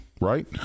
right